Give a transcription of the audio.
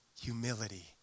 humility